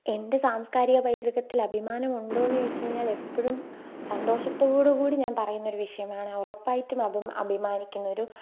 എൻ്റെ സാംസ്കാരിക പൈതൃകത്തിൽ അഭിമാനമുണ്ടോയെന്ന് ചോദിച്ചുകഴിഞ്ഞാൽ എപ്പോഴും സന്തോഷത്തോടുകൂടി ഞാൻ പറയുന്നൊരു വിഷയമാണ് ഉറപ്പായിട്ടും അഭിമാനിക്കുന്നൊരു